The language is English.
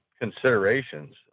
considerations